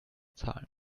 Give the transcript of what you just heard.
zahlen